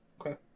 Okay